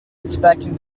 inspecting